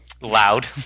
loud